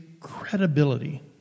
credibility